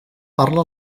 parla